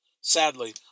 Sadly